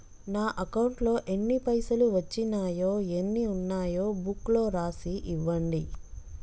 నా అకౌంట్లో ఎన్ని పైసలు వచ్చినాయో ఎన్ని ఉన్నాయో బుక్ లో రాసి ఇవ్వండి?